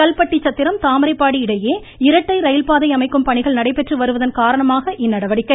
கல்பட்டிச்சத்திரம் தாமரைப்பாடி இடையே இரட்டை ரயில்பாதை அமைக்கும் பணிகள் நடைபெற்று வருவதன் காரணமாக இந்நடவடிக்கை